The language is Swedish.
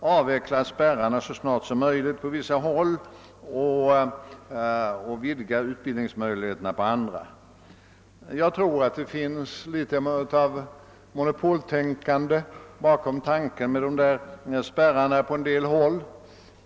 Man bör på vissa håll så snart som möjligt avlägsna spärrarna medan tillgången till studier på andra håll bör vidgas. Jag tror att det ligger något av ett monopoltänkande bakom förekomsten av dessa spärrar på en del håll.